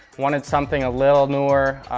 wanted something a little newer,